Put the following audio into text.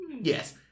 Yes